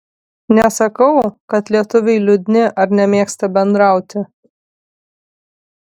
nesakau kad lietuviai liūdni ar nemėgsta bendrauti